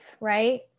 right